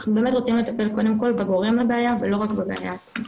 אנחנו באמת רוצים לטפל קודם כל בגורם לבעיה ולא רק בבעיה עצמה.